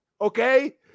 Okay